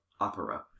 opera